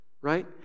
right